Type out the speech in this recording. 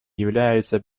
является